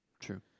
True